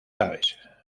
aves